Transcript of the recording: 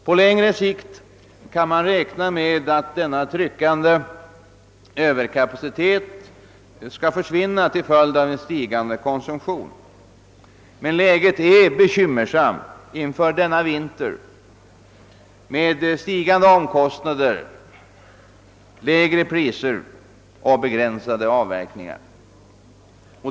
På längre sikt kan man räkna med att denna tryckande överkapacitet skall försvinna till följd av en stigande konsumtion. Men inför denna vinter är läget bekymmersamt med stigande omkostnader, lägre priser och begränsade avverkningar.